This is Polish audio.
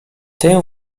tym